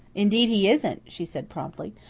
indeed he isn't, she said promptly.